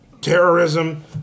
terrorism